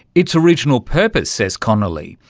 its original purpose, says conley,